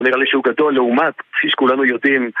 נראה לי שהוא גדול לעומת, כפי שכולנו יודעים.